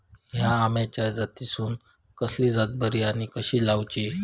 हया आम्याच्या जातीनिसून कसली जात बरी आनी कशी लाऊची?